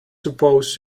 supposed